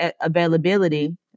availability